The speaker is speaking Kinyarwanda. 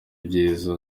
ibyiza